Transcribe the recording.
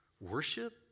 Worship